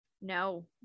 No